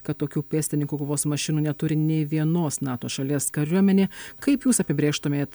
kad tokių pėstininkų kovos mašinų neturi nei vienos nato šalies kariuomenė kaip jūs apibrėžtumėt